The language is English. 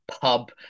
pub